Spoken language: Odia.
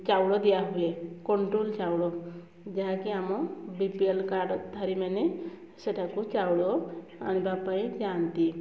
ଚାଉଳ ଦିଆହୁଏ କଣ୍ଟ୍ରୋଲ ଚାଉଳ ଯାହାକି ଆମ ବି ପି ଏଲ୍ କାର୍ଡ଼ ଧାରୀମାନେ ସେଠାକୁ ଚାଉଳ ଆଣିବା ପାଇଁ ଯାଆନ୍ତି